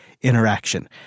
interaction